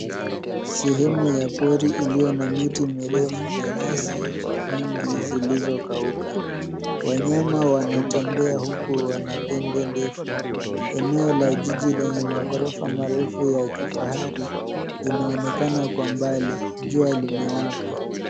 Sehemu ya pori iliyo na miti mirefu na nyasi nyingi zilizo kauka. Wanyama wanatembea huku wana pembe ndefu, eneo la jiji lenye maghorofa marefu ya kifahari inaonekana kwa mbali. Jua limewaka.